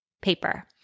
paper